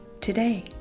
today